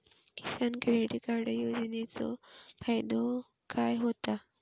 किसान credit card योजनेचो फायदो काय होता?